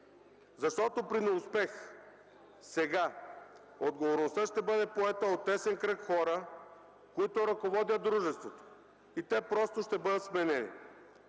Защото при неуспех сега отговорността ще бъде поета от тесен кръг хора, които ръководят дружеството, и те просто ще бъдат сменени.